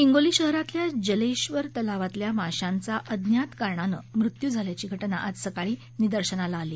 हिंगोली शहरातील जलेश्वर तलावातील माशांचा अज्ञात कारणाने मृत्यू झाल्याची घटना आज सकाळी निदर्शनाला आली